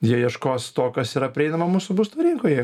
jie ieškos to kas yra prieinama mūsų būstų rinkoje